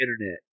internet